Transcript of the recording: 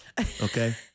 Okay